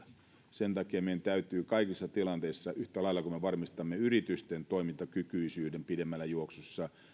sen takia meidän täytyy kaikissa tilanteissa yhtä lailla kun me varmistamme yritysten toimintakykyisyyden pidemmässä juoksussa